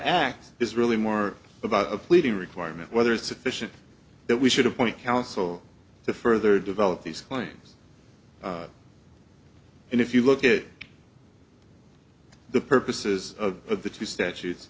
act is really more about a pleading requirement whether it's sufficient that we should appoint counsel to further develop these claims and if you look at the purposes of the two statutes